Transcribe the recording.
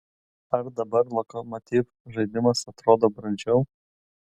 ar dabar lokomotiv žaidimas atrodo brandžiau